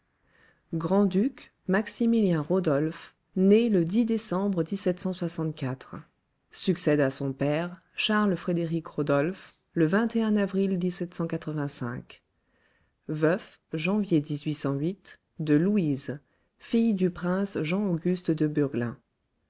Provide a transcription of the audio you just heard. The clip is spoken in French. grand-duc maximilien rodolphe né le décembre succède à son père charles frédérik rodolphe le avril veuf janvier de louise fille du prince jean auguste de